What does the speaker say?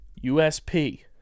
USP